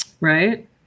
Right